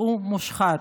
הוא מושחת.